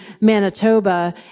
Manitoba